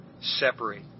separate